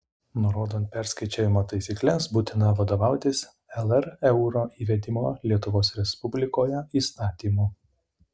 nurodant perskaičiavimo taisykles būtina vadovautis lr euro įvedimo lietuvos respublikoje įstatymu